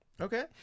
Okay